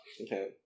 Okay